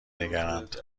نگرند